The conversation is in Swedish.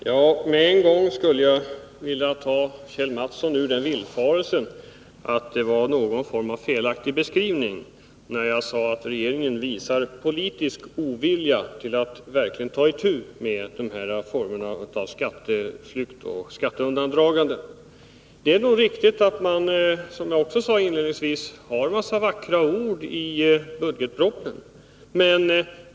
Herr talman! Med en gång skulle jag vilja ta Kjell Mattsson ur villfarelsen, att jag på något sätt gav en felaktig beskrivning när jag sade att regeringen visar politisk ovilja att verkligen ta itu med de här formerna av skatteflykt och skatteundandragande. Det är nog riktigt att man, som jag också sade inledningsvis, använder en mängd vackra ord i budgetpropositionen.